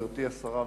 גברתי השרה,